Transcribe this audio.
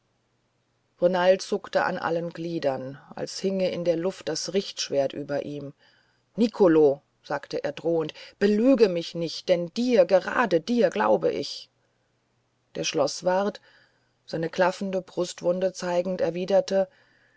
renald zuckte an allen gliedern als hinge in der luft das richtschwert über ihm nicolo sagte er drohend belüg mich nicht denn dir gerade dir glaube ich der schloßwart seine klaffende brustwunde zeigend erwiderte